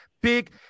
big